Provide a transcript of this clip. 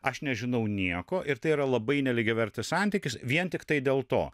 aš nežinau nieko ir tai yra labai nelygiavertis santykis vien tiktai dėl to